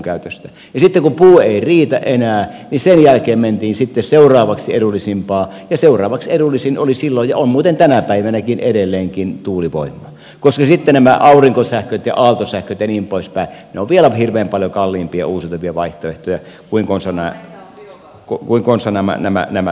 sitten kun puu ei riitä enää niin sen jälkeen mentiin sitten seuraavaksi edullisimpaan ja seuraavaksi edullisin oli silloin ja on muuten tänä päivänäkin edelleenkin tuulivoima koska sitten nämä aurinkosähköt ja aaltosähköt ja niin pois päin ovat vielä hirveän paljon kalliimpia uusiutuvia vaihtoehtoja kuin konsanaan nämä tässä